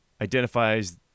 identifies